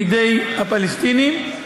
בידי הפלסטינים.